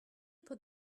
put